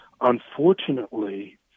Unfortunately